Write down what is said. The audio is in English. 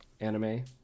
anime